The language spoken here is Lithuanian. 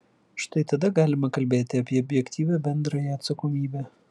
štai tada galima kalbėti apie objektyvią bendrąją atsakomybę